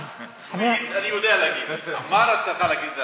סוִיד אני יודע להגיד, גם עמאר את צריכה להגיד.